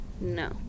No